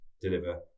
deliver